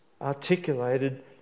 articulated